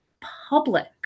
public